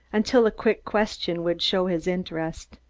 until a quick question would show his interest.